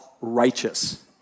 righteous